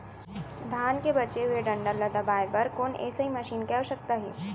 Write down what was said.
धान के बचे हुए डंठल ल दबाये बर कोन एसई मशीन के आवश्यकता हे?